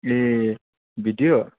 A video